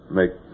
make